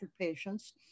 patients